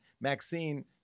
Maxine